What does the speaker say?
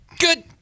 good